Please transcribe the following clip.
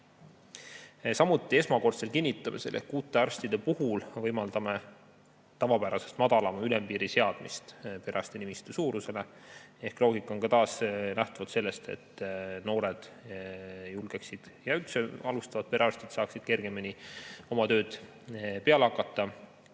Samuti, esmakordsel kinnitamisel ehk uute arstide puhul võimaldame tavapärasest madalama ülempiiri seadmist perearstinimistu suurusena. Loogika on taas lähtunud sellest, et noored ja üldse alustavad perearstid saaksid kergemini oma tööga peale hakata,